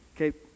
Okay